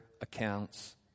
accounts